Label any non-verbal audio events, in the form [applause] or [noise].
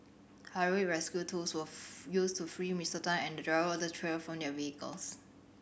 [unintelligible] rescue tools were [noise] used to free Mister Tan and the driver of the trailer from their vehicles